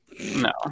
No